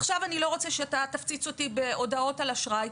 עכשיו אני לא רוצה שאתה תפציץ אותי בהודעות על אשראי.